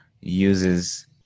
uses